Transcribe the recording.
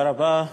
תודה רבה.